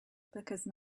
because